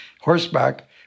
horseback